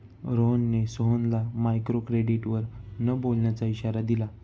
रोहनने सोहनला मायक्रोक्रेडिटवर न बोलण्याचा इशारा दिला